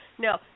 No